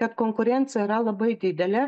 kad konkurencija yra labai didelė